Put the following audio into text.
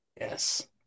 Yes